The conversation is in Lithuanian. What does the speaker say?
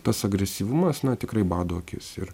tas agresyvumas na tikrai bado akis ir